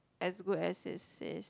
as good as it says